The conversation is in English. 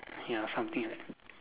ya something like that